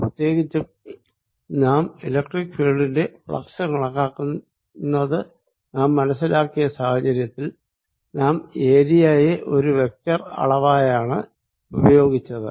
പ്രത്യേകിച്ചും നാം ഇലക്ട്രിക്ക് ഫീൽഡിന്റെ ഫ്ലക്സ് കണക്കാക്കുന്നത് നാം മനസ്സിലാക്കിയ സാഹചര്യത്തിൽ നാം അറയെ ഒരു വെക്ടർ അളവയാണ് ഉപയോഗിച്ചത്